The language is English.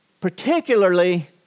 Particularly